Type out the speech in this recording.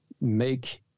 make